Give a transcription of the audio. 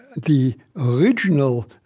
the original